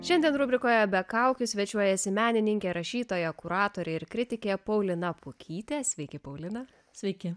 šiandien rubrikoje be kaukių svečiuojasi menininkė rašytoja kuratorė ir kritikė paulina pukytė sveiki paulina sveiki